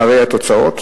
והרי התוצאות.